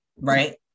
right